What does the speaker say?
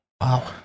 Wow